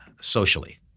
socially